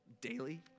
daily